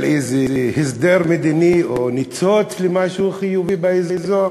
איזה הסדר מדיני או ניצוץ למשהו חיובי באזור,